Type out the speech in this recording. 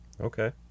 Okay